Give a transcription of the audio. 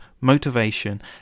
motivation